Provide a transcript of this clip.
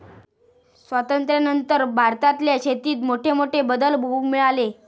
स्वातंत्र्यानंतर भारतातल्या शेतीत मोठमोठे बदल बघूक मिळाले